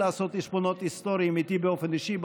באופן אישי,